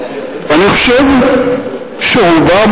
אני חושב שרובם,